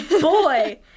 boy